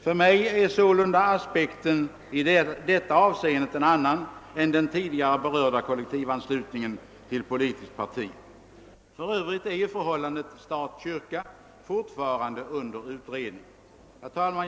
För mig är sålunda aspekten i detta avseende en annan än när det gäller den tidigare berörda kollektivanslutningen till politiskt parti. För övrigt är ju förhållandet stat—kyrka fortfarande under utredning. Herr talman!